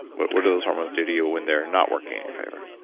what what do those hormones do to you when they're not working in your favor?